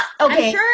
okay